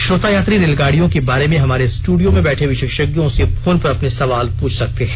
श्रोता यात्री रेलगाड़ियों के बारे में हमारे स्टूड़ियो में बैठे विशेषज्ञों से फोन पर अपने सवाल पूछ सकते हैं